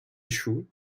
échoue